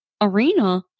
arena